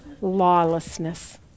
lawlessness